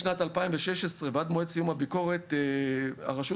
משנת 2016 ועד מועד סיום הביקורת הרשות